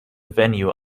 venue